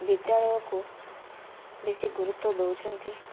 ବିଦ୍ୟାଳୟକୁ ବେଶୀ ଗୁରୁତ୍ୱ ଦଉଛନ୍ତି